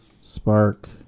Spark